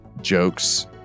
jokes